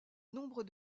nombre